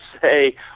say